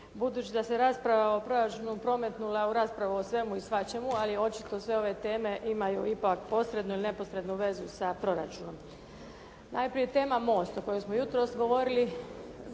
Budući da se rasprava o proračunu prometnula u raspravu o svemu i svačemu, ali očito sve ove teme imaju ipak posrednu ili neposrednu vezu sa proračunom. Najprije tema most o kojoj smo jutros govorili.